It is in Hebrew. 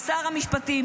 עם שר המשפטים,